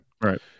right